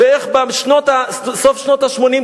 ואיך בסוף שנות ה-80,